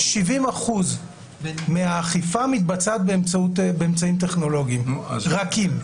70 אחוז מהאכיפה מתבצעת באמצעים טכנולוגיים "רכים".